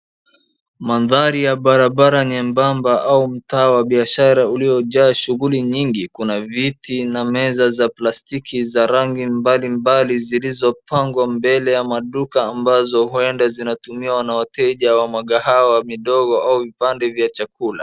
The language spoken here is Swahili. Mandhari ya barabara nyembamba au mtaa wa biashara uliojaa shughuli nyingi. Kuna viti na meza za plastiki za rangi mbalimbali zilizopangwa mbele ya maduka ambazo huenda zinatumiwa na wateja wa migahawa midogo au vibanda vya chakula.